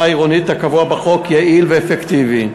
העירוני הקבוע בחוק יעיל ואפקטיבי.